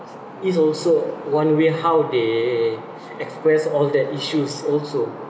is also one way how they express all their issues also